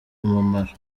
umumaro